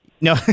No